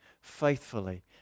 faithfully